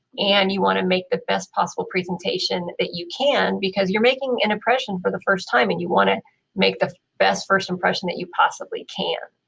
and you want to make the best possible presentation that you can because you're making an impression for the first time, and you want to make the best first impression that you possibly can.